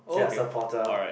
supporter